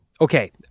Okay